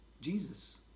Jesus